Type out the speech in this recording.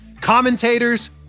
commentators